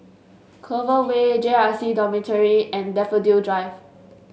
Clover Way J R C Dormitory and Daffodil Drive